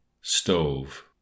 stove